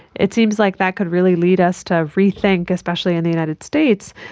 it seems like that could really lead us to rethink, especially in the united states,